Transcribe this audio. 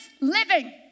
living